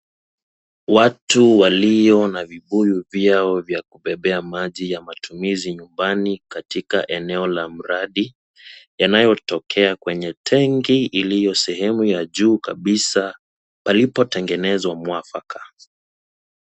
Watu walio na vibuyu vyao vya kubebea maji ya matumizi nyumbani katika eneo la mradi, yanayotokea kwenye tanki iliyo sehemu ya juu kabisa, palipotengenezwa mwafaka.